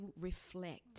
reflect